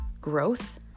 growth